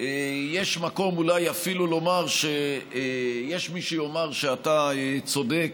יש מקום אולי אפילו לומר שיש מי שיאמר שאתה צודק